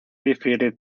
defeated